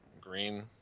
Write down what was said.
green